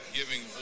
giving